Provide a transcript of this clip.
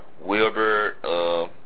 Wilbur